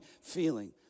feeling